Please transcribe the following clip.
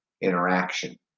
interaction